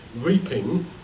reaping